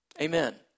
Amen